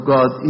God